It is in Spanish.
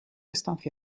estancia